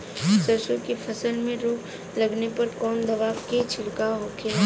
सरसों की फसल में रोग लगने पर कौन दवा के छिड़काव होखेला?